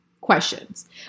questions